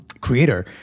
creator